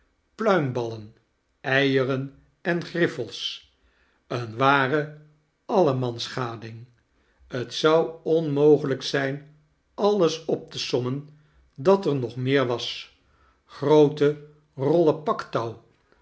pluimballen eiexen en griffels een ware allemansgading t zou onmogelijk zijn alles op te sommen dat er nog meer was groote rollen paktouw